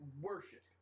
worship